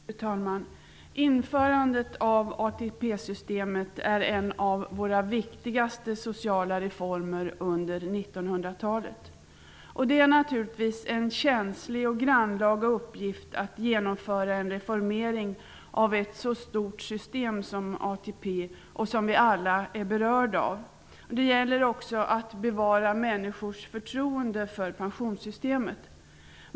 Fru talman! Införandet av ATP-systemet är en av våra viktigaste sociala reformer under 1900-talet. Det är naturligtvis en känslig och grannlaga uppgift att genomföra en reformering av ett så stort system som ATP-systemet, som vi alla är berörda av. Det gäller också att bevara människors förtroende för pensionssystemet.